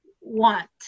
want